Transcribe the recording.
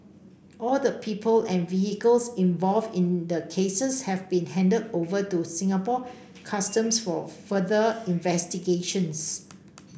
all the people and vehicles involved in the cases have been handed over to Singapore Customs for further investigations